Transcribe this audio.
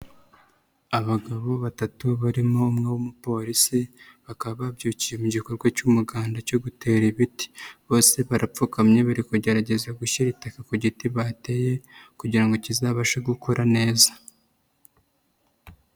Abagabo batatu barimo umwe w'umupolisi bakaba babyukiye mu gikorwa cy'umuganda cyo gutera ibiti. Bose barapfukamye bari kugerageza gushyira itaka ku giti bateye kugira ngo kizabashe gukura neza.